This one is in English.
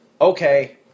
okay